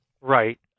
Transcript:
Right